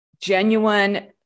genuine